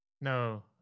No